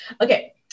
Okay